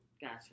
Gotcha